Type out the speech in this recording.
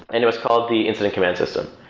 and it was called the incident command system.